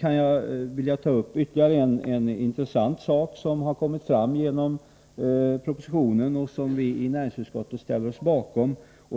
Jag vill ta upp ytterligare en intressant sak som kommit fram genom propositionen och som vi i näringsutskottet ställer oss bakom.